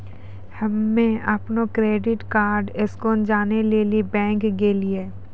हम्म अपनो credit card score जानै लेली बैंक गेलियै